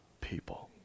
people